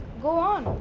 go on.